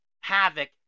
havoc